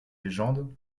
légende